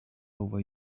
over